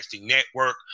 Network